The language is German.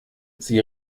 sie